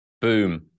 boom